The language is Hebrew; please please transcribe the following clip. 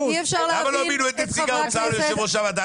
למה לא מינו את נציג האוצר ליושב ראש הוועדה?